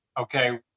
okay